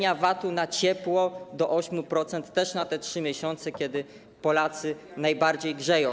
VAT-u na ciepło do 8% na te 3 miesiące, kiedy Polacy najbardziej grzeją.